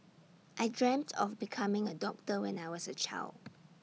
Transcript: I dreamt of becoming A doctor when I was A child